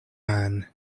man